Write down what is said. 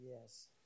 yes